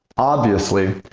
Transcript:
obviously,